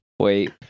Wait